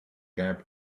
gap